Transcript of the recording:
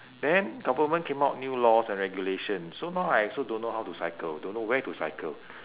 then government came out new laws and regulations so now I also don't know how to cycle don't know where to cycle